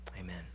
amen